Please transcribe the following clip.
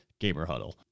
GamerHuddle